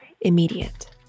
immediate